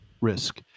risk